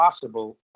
possible